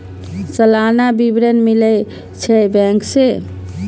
सलाना विवरण मिलै छै बैंक से?